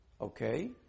Okay